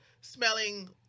smelling